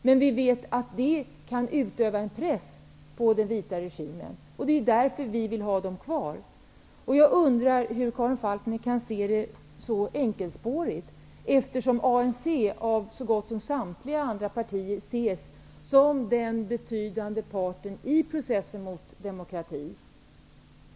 Vi vet också att detta stöd kan utöva en press på den vita regimen. Det är därför som vi vill att sanktionerna behålls. Hur kan Karin Falkmer se detta så enkelspårigt som hon gör? ANC betraktas ju av så gott som samtliga andra partier som den betydande parten i processen mot demokrati.